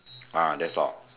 ah that's all